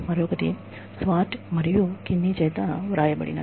మరొకటి స్వార్ట్ మరియు కిన్నీ చేత వ్రాయబడినవి